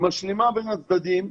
שמשלימה בין הצדדים.